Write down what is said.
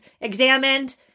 examined